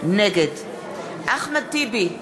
נגד אחמד טיבי,